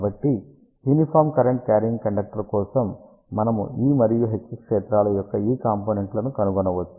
కాబట్టి uniform current carrying conductor కోసం మనము E మరియు H క్షేత్రాల యొక్క ఈ కాంపోనెంట్లను కనుగొనవచ్చు